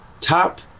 top